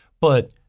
but-